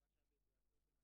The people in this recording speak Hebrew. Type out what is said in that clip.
לא יהיו תקנות.